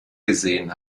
gesehen